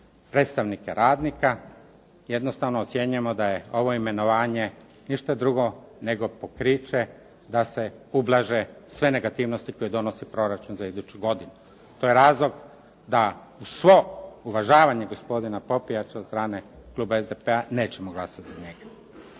predstavnika radnika jednostavno ocjenjujemo da je ovo imenovanje ništa drugo nego pokriće da se ublaže sve negativnosti koje donosi proračun za iduću godinu. To je razlog da uz svo uvažavanje gospodina Popijača od strane kluba SDP-a nećemo glasati za njega.